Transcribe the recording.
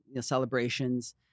celebrations